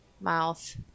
mouth